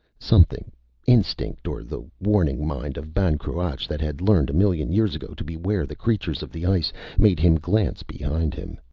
something instinct, or the warning mind of ban cruach that had learned a million years ago to beware the creatures of the ice made him glance behind him.